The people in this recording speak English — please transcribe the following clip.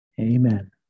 Amen